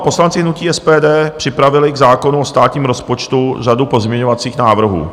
Poslanci hnutí SPD připravili k zákonu o státním rozpočtu řadu pozměňovacích návrhů.